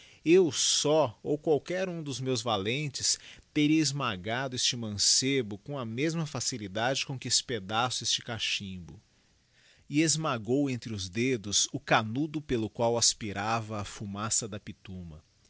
eu só ou qualquer dos meus valentes teria esmagado este mancebo com a mesma facilidade com que espedaço este cachimbo e esmagou entre os dedos o canudo pelo qual aspirava a fumaça da pituma